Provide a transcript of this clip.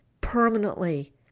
permanently